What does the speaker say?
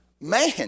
Man